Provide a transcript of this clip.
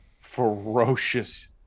ferocious